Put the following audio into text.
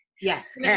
Yes